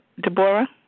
Deborah